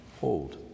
hold